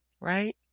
right